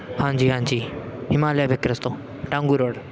ਹਾਂਜੀ ਹਾਂਜੀ ਹਿਮਾਲਿਆ ਬੇਕਰਸ ਤੋਂ ਢਾਂਗੂ ਰੋਡ